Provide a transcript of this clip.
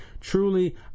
truly